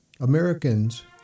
Americans